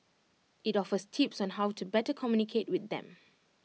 IT offers tips on how to better communicate with them